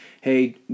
hey